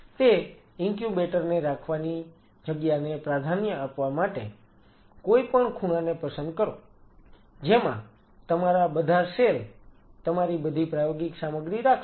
તે ઇન્ક્યુબેટર ને રાખવાની જગ્યાને પ્રાધાન્ય આપવા માટે કોઈપણ ખૂણાને પસંદ કરો જેમાં તમારા બધા સેલ તમારી બધી પ્રાયોગિક સામગ્રી રાખશો